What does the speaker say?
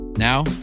Now